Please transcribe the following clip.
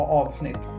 avsnitt